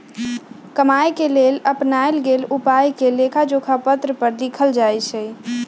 कमाए के लेल अपनाएल गेल उपायके लेखाजोखा पत्र पर लिखल जाइ छइ